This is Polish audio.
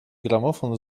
gramofon